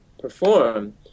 perform